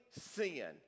sin